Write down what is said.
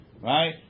right